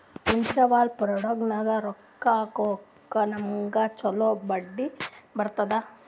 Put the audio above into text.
mutual ಫಂಡ್ನಾಗ್ ರೊಕ್ಕಾ ಹಾಕುರ್ ನಮ್ಗ್ ಛಲೋ ಬಡ್ಡಿ ಬರ್ತುದ್